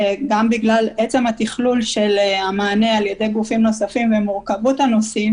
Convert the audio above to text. גם בגלל עצם התכלול של המענה על ידי גופים נוספים ומורכבות הנושאים